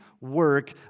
work